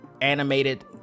animated